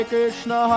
Krishna